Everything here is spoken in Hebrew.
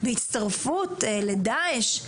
הצטרפות לדעאש,